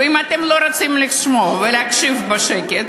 ואם אתם לא רוצים לשמוע ולהקשיב בשקט,